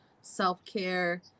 self-care